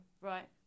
right